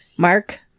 Mark